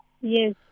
Yes